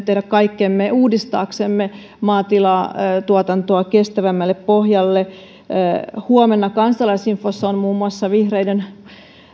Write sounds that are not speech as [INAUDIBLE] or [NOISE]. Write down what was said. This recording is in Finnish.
[UNINTELLIGIBLE] tehdä kaikkemme uudistaaksemme maatilatuotantoa kestävämmälle pohjalle huomenna kansalaisinfossa on muun muassa vihreiden